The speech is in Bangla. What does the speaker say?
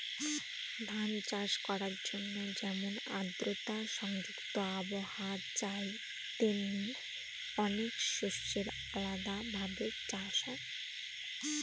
ধান চাষ করার জন্যে যেমন আদ্রতা সংযুক্ত আবহাওয়া চাই, তেমনি অনেক শস্যের আলাদা ভাবে চাষ হয়